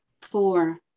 Four